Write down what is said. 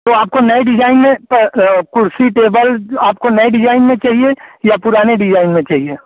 तो आपको नए डिजाइन में प कुर्सी टेबल आपको नए डिजाइन में चाहिए या पुराने डिजाइन में चाहिए